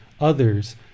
others